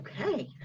Okay